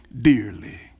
dearly